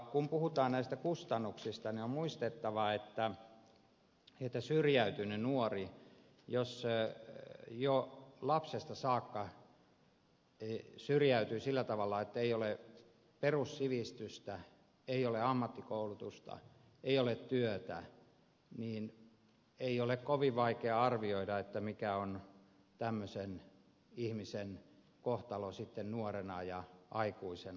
kun puhutaan näistä kustannuksista niin on muistettava että jos nuori jo lapsesta saakka syrjäytyy sillä tavalla ettei ole perussivistystä ei ole ammattikoulutusta ei ole työtä niin ei ole kovin vaikea arvioida mikä on tämmöisen ihmisen kohtalo sitten nuorena ja aikuisena